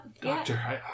Doctor